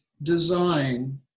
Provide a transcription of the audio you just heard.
design